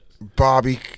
Bobby